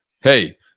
hey